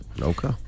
Okay